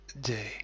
day